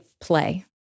play